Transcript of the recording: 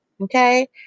okay